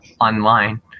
online